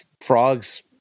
Frogs